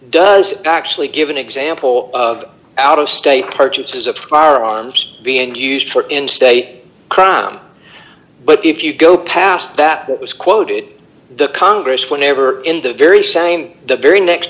does actually give an example of out of state purchases of firearms being used for in state crime but if you go past that was quoted the congress whenever in the very same the very next